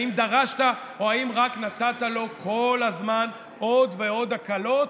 האם דרשת או האם רק נתת לו כל הזמן עוד ועוד הקלות,